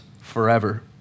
forever